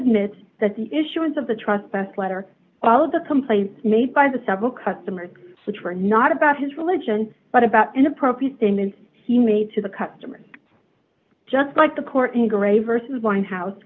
admits that the issuance of the trust best letter all of the complaints made by the several customers which were not about his religion but about inappropriate standards he made to the customers just like the court in grey versus white house